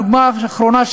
הדוגמה האחרונה,